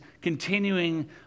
continuing